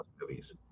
movies